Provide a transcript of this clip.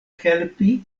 helpi